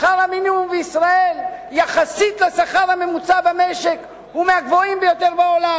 שכר המינימום בישראל יחסית לשכר הממוצע במשק הוא מהגבוהים ביותר בעולם.